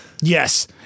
Yes